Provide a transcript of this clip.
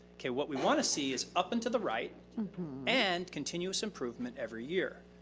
okay, what we want to see is up and to the right and continuous improvement every year.